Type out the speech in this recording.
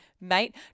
mate